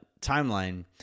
timeline